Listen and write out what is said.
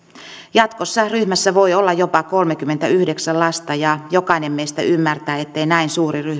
jatkossa ryhmässä voi olla jopa kolmekymmentäyhdeksän lasta ja jokainen meistä ymmärtää ettei näin suuri